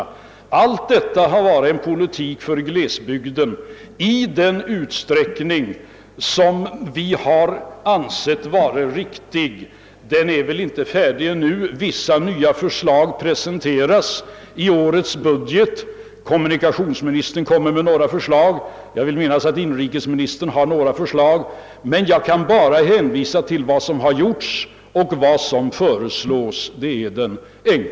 Detta var anledningen till mitt antagande att en viss orientering till den gamla slitstarka högern var på gång.